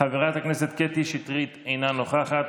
חברת הכנסת קטי שטרית, אינה נוכחת,